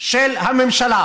של הממשלה.